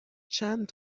چند